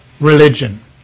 religion